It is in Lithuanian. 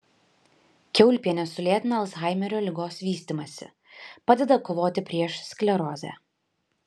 kiaulpienės sulėtina alzhaimerio ligos vystymąsi padeda kovoti prieš sklerozę